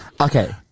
Okay